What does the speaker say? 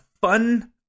fun